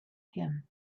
him